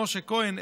משה כהן,